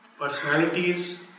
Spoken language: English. personalities